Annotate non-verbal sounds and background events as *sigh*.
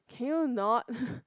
can you not *laughs*